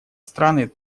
страны